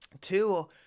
two